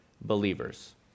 believers